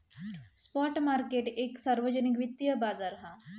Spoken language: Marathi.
स्पॉट मार्केट एक सार्वजनिक वित्तिय बाजार हा